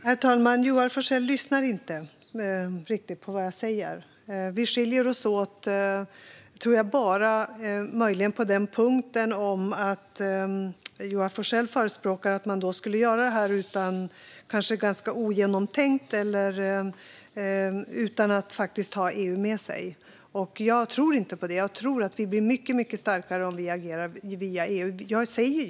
Herr talman! Joar Forssell lyssnar inte riktigt på vad jag säger. Vi skiljer oss åt, tror jag, bara på punkten där Joar Forssell förespråkar att man skulle göra det här ganska ogenomtänkt och utan att ha EU med sig. Jag tror inte på det. Jag tror att vi blir mycket starkare om vi agerar via EU.